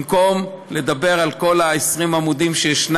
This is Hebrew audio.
במקום לדבר על כל 20 העמודים שיש,